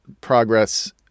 progress